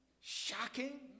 shocking